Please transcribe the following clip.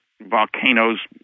volcanoes